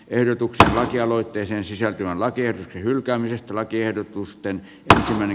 eri tupsahti aloitteeseen sisältyvän lakien hylkäämisestä lakiehdotusten tahri